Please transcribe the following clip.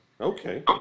Okay